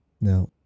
now